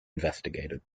investigated